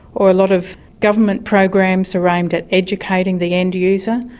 or a lot of government programs are aimed at educating the end user.